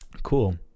cool